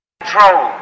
control